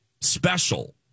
special